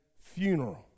funeral